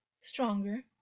stronger